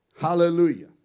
Hallelujah